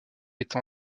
été